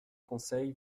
conseil